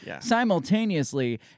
simultaneously